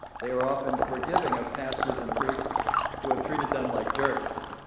they are often forgiving of pastors and priests who have treated them like dirt.